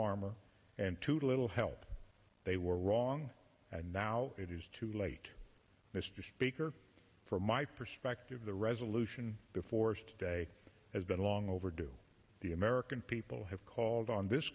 armor and too little help they were wrong and now it is too late mr speaker from my perspective the resolution before us today has been long overdue the american people have called on this